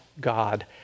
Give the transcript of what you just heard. God